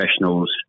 professionals